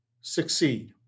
succeed